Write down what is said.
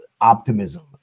optimism